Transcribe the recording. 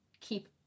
keep